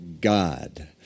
god